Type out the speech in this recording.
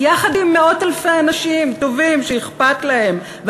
יחד עם מאות אלפי אנשים טובים שאכפת להם.